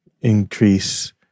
increase